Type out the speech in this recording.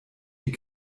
die